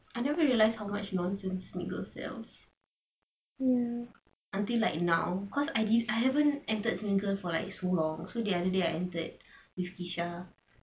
I never realised how much nonsense smiggles sells until like now cause I di~ haven't enter smiggles for like so long so the other day I entered with kesha